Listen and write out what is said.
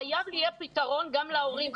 חייב להיות פתרון גם להורים.